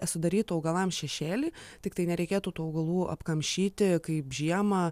sudarytų augalams šešėlį tiktai nereikėtų tų augalų apkamšyti kaip žiemą